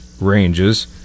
ranges